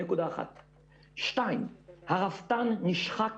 הרפתן נשחק